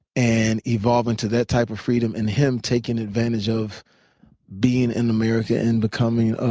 and evolving to that type of freedom and him taking advantage of being in america and becoming